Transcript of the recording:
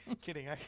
Kidding